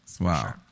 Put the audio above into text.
Wow